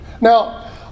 Now